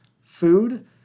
food